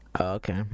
okay